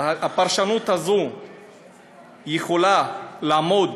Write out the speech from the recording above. הפרשנות הזו יכולה לעמוד